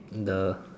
the